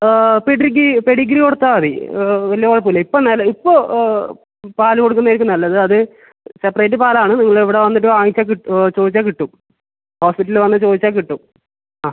Pedigree Pedigree കൊടുത്താൽ മതി വലിയ കുഴപ്പമില്ല ഇപ്പോൾ നല്ല പാൽ കൊടുക്കുന്നത് ആയിരിക്കും നല്ലത് അത് സെപ്പറേറ്റ് പാലാണ് നിങ്ങൾ ഇവിടെ വന്നിട്ട് വാങ്ങിച്ചാൽ ചോദിച്ചാൽ കിട്ടും ഹോസ്പിറ്റല് വന്ന് ചോദിച്ചാൽ കിട്ടും ആ